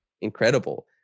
incredible